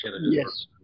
Yes